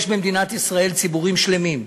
יש במדינת ישראל ציבורים שלמים,